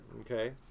okay